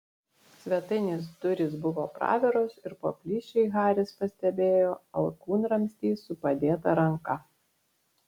svetainės durys buvo praviros ir pro plyšį haris pastebėjo alkūnramstį su padėta ranka